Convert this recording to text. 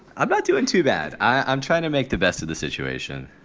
i'm not doing too bad. i'm trying to make the best of the situation.